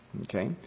Okay